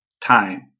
time